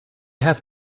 have